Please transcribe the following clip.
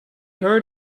heard